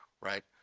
right